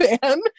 fan